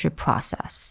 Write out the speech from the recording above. process，